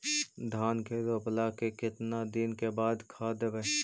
धान के रोपला के केतना दिन के बाद खाद देबै?